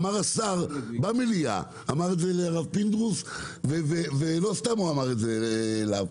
אמר השר במליאה לרב פינדרוס ולא סתם הוא אמר את זה לו,